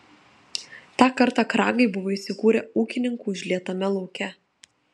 tą kartą kragai buvo įsikūrę ūkininkų užlietame lauke